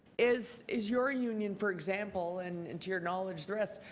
is is your union for example and and to your knowledge the rest,